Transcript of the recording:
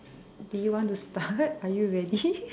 do you want to start are you ready